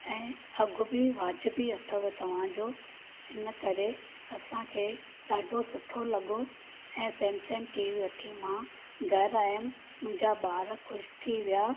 ऐं अघि बि वाजिबि अथव तव्हांजो हिन करे असांखे ॾाढो सुठो लॻो ऐं सैमसंग टीवी वठी मां घरु आयमि मुंहिंजा ॿार ख़ुशि थी विया